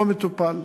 לא מטופל.